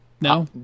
No